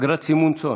אגרת סימון צאן.